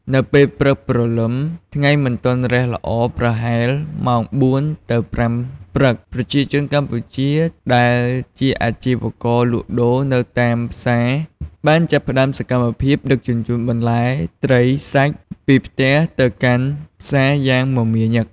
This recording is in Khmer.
នៅពេលព្រឹកព្រលឹម ថ្ងៃមិនទាន់រះល្អ ប្រហែលម៉ោង ៤ ទៅ ៥ ព្រឹក ប្រជាជនកម្ពុជាដែលជាអាជីវករលក់ដូរនៅតាមផ្សារបានចាប់ផ្តើមសកម្មភាពដឹកជញ្ជូនបន្លែ ត្រី សាច់ ពីផ្ទះទៅកាន់ផ្សារយ៉ាងមមាញឹក។